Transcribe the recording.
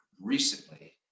recently